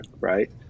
right